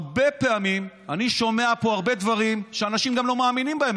הרבה פעמים אני שומע פה הרבה דברים שאנשים גם לא מאמינים בהם,